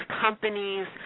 companies –